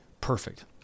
perfect